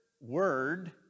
word